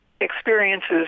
experiences